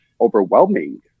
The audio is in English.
overwhelming